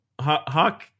hawk